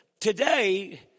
today